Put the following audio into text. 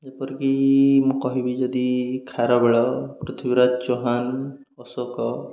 ଯେପରିକି ମୁଁ କହିବି ଯଦି ଖାରବେଳ ପୃଥିବୀରାଜ ଚୌହାନ ଅଶୋକ